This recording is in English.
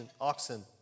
oxen